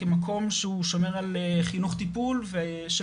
כמקום שהוא שומר על חינוך טיפול של